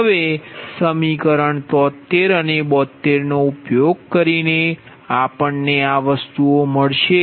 હવે સમીકરણ 73 અને 72 નો ઉપયોગ કરીને આપણને આ મળશે